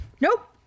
Nope